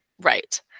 Right